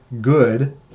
good